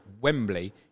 Wembley